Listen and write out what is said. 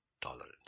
Tolerance